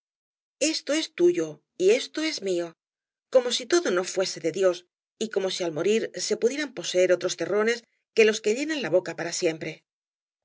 esto es tuyo y esto es mío como si todo no fuese de dios j como si al morir se pudieran poseer otros terrones que los que llenan la boca para siempre